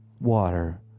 water